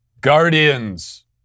Guardians